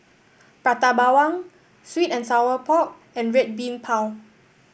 Prata Bawang Sweet and Sour Pork and Red Bean Bao